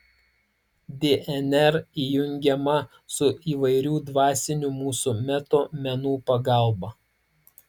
dnr įjungiama su įvairių dvasinių mūsų meto menų pagalba